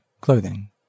clothing